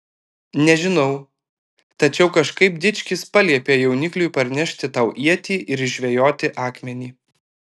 nežinau tačiau kažkaip dičkis paliepė jaunikliui parnešti tau ietį ir išžvejoti akmenį